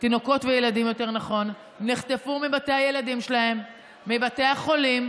וילדים נחטפו מבתי הילדים שלהם, מבתי החולים,